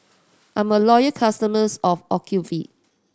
I'm a loyal customers of Ocuvite